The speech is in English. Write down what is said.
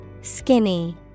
Skinny